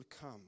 come